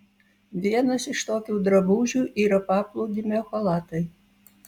vienas iš tokių drabužių yra paplūdimio chalatai